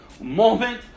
moment